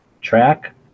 track